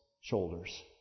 shoulders